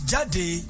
Jade